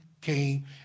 came